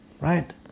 Right